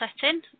setting